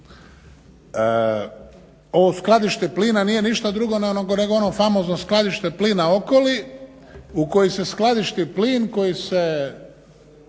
Ovo skladište plina nije ništa drugo nego ono famozno Skladište plina Okoli u koji se skladišti plin koji se